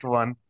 one